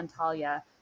Antalya